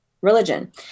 religion